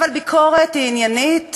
אבל ביקורת היא עניינית